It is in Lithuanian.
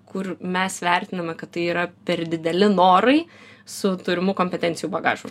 kur mes vertiname kad tai yra per dideli norai su turimų kompetencijų bagažu